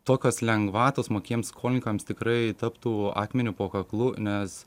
tokios lengvatos mokiems skolininkams tikrai taptų akmeniu po kaklu nes